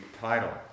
title